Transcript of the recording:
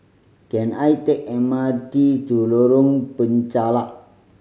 can I take M R T to Lorong Penchalak